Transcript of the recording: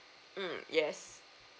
mm yes